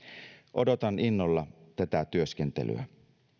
odotan innolla tätä työskentelyä